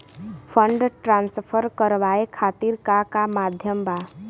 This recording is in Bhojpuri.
फंड ट्रांसफर करवाये खातीर का का माध्यम बा?